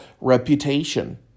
reputation